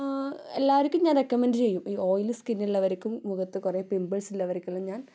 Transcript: എല്ലാവർക്കും ഞാൻ റെക്കമെന്റ് ചെയ്യും ഈ ഓയിലി സ്കിന്നുള്ളവർക്കും മുഖത്ത് കുറേ പിമ്പിൾസ് ഉള്ളവർക്കും എല്ലാം ഞാൻ